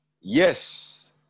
Yes